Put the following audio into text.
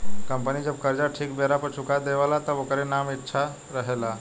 company जब कर्जा ठीक बेरा पर चुका देवे ला तब ओकर नाम अच्छा से रहेला